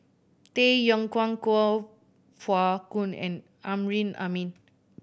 Tay Yong Kwang Kuo Pao Kun and Amrin Amin